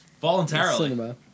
Voluntarily